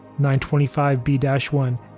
925B-1